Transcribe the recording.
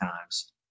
times